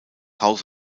house